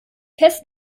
fest